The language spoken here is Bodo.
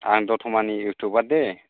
आं दतमानि इउथुबार दे